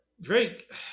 Drake